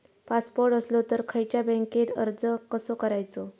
Passport असलो तर खयच्या बँकेत अर्ज कसो करायचो?